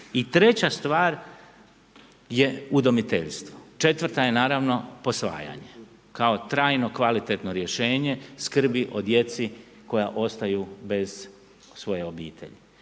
I treća stvar je udomiteljstvo. Četvrta je naravno posvajanje kao trajno, kvalitetno rješenje skrbi o djeci koja ostaju bez svoje obitelji.